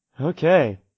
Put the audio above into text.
Okay